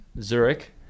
zurich